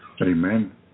amen